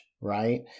right